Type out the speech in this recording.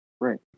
right